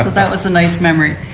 that was a nice memory.